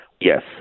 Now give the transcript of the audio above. Yes